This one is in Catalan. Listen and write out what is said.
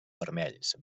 vermells